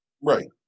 Right